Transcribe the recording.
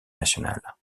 nationale